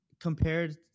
compared